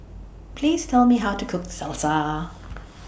Please Tell Me How to Cook Salsa